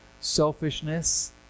selfishness